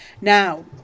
Now